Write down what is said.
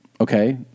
Okay